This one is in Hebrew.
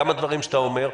גם הדברים שאתה אומר,